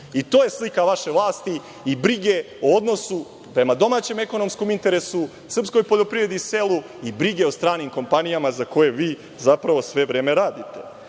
I to je slika vaše vlasti i brige o odnosu prema domaćem ekonomskom interesu, srpskoj poljoprivredi i selu i brige o stranim kompanijama za koje vi zapravo sve vreme radite. Vašu